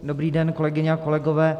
Dobrý den, kolegyně a kolegové.